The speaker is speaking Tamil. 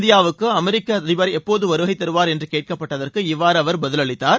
இந்தியாவுக்கு அமெரிக்க அதிபர் எப்போது வருகை தருவார் என்று கேட்கப்பட்டதற்கு இவ்வாறு அவர் பதிலளித்தார்